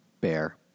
bear